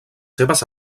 seves